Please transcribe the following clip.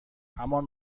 همان